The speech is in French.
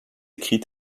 écrites